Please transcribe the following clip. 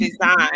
Design